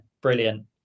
brilliant